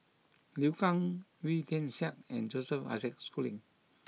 Liu Kang Wee Tian Siak and Joseph Isaac Schooling